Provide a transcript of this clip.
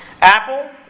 Apple